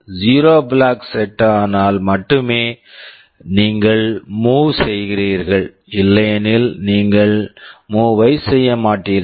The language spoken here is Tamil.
zero flag zero flag set set ஆனால் மட்டுமே நீங்கள் மூவ் move செய்கிறீர்கள் இல்லையெனில் நீங்கள் மூவ் move வைச் செய்ய மாட்டீர்கள்